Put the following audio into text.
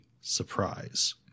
surprise